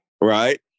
Right